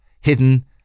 hidden